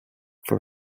for